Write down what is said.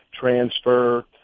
transfer